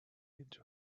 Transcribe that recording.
into